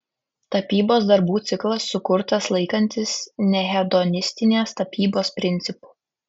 tapybos darbų ciklas sukurtas laikantis nehedonistinės tapybos principų